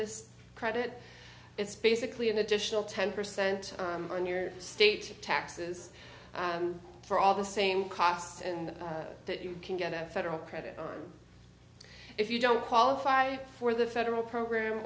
this credit it's basically an additional ten percent on your state taxes for all the same costs and that you can get a federal credit if you don't qualify for the federal program